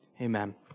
Amen